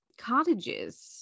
cottages